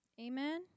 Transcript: Amen